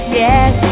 yes